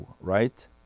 right